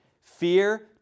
Fear